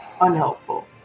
unhelpful